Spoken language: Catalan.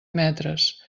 metres